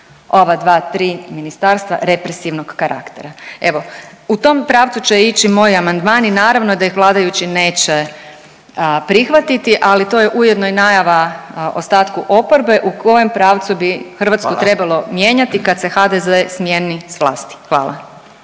iz ova 2-3 ministarstva represivnog karaktera. Evo u tom pravcu će ići moj amandman i naravno da ih vladajući neće prihvatiti, ali to je ujedno i najava ostatku oporbe u kojem pravcu bi Hrvatsku…/Upadica Radin: Hvala/…trebalo mijenjati kad se HDZ smijeni s vlasti, hvala.